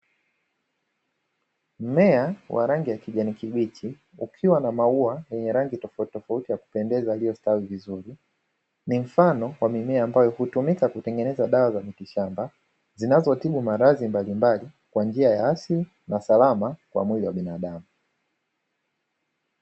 Mmea wa rangi ya kijani kibichi ukiwa na maua ya rangi tofautitofauti ya kupendeza yaliyostawi vizuri, ni mfano wa mimea, ambayo hutumika kutengeneza dawa za miti shamba, zinazotibu maradhi mbalimbali kwa njia ya asili na salama kwa mwili wa binadamu.